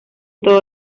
todos